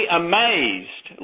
amazed